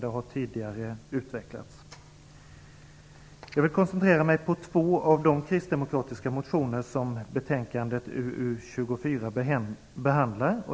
Det har utvecklats tidigare. Jag vill koncentrera mig på två av de kristdemokratiska motioner som betänkandet UU24 behandlar.